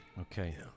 Okay